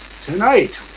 Tonight